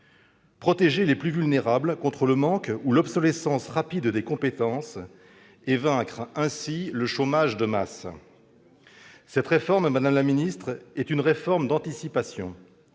protéger les plus vulnérables contre le manque ou l'obsolescence rapide des compétences et vaincre, ainsi, le chômage de masse. Cette réforme, madame la ministre, est une réforme d'anticipation.